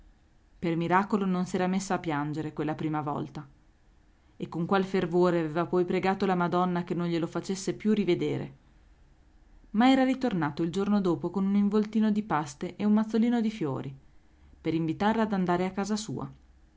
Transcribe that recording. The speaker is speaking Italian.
per miracolo non s'era messa a piangere quella prima volta e con qual fervore aveva poi pregato la madonna che non glielo facesse più rivedere ma era ritornato il giorno dopo con un involtino di paste e un mazzolino di fiori per invitarla ad andare a casa sua